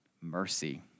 mercy